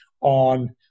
on